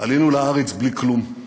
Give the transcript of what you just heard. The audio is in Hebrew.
עלינו לארץ בלי כלום,